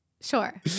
Sure